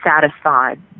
satisfied